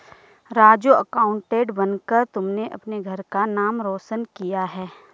Raju accountant बनकर तुमने अपने घर का नाम रोशन किया है